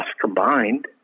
combined